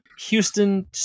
Houston